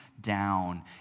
down